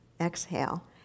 Exhale